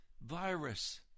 virus